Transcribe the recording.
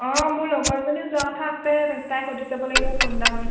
অঁ মোৰ লগৰ এজনীও যোৱা কথা আছে তাইক সুধি চাব লাগিব ফোন এটা কৰি